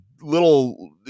little